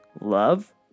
love